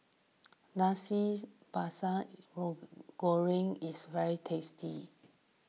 Nasi Sambal Goreng is very tasty